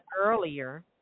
earlier